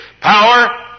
Power